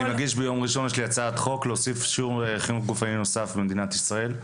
אני מגיש ביום ראשון הצעת חוק להוסיף שיעור גופני נוסף במדינת ישראל.